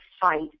fight